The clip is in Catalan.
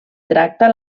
tracta